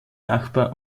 nachbar